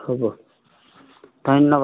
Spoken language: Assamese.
হ'ব